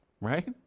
Right